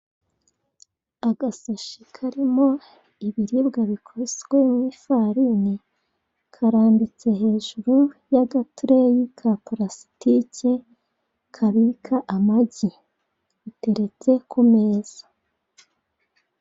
Agasashi karimo ibiribwa bikozwe mu ifarini, karambitse hejuru y'agatureyi ka parasitike kabika amagi. Biteretse hejuru ku meza.